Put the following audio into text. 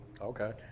Okay